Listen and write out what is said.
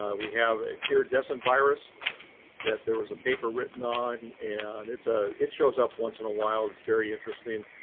ah we have iridescent virus that there was a paper written on. and it's a, it shows up once in a while. it's very interesting.